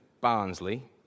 Barnsley